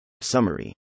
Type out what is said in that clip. Summary